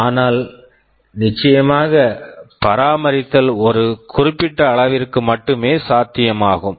ஆனால் நிச்சயமாக பராமரித்தல் ஒரு குறிப்பிட்ட அளவிற்கு மட்டுமே சாத்தியமாகும்